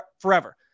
forever